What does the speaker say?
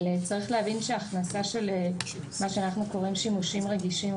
אבל צריך להבין שהכנסה של מה שאנחנו קוראים שימושים רגישים,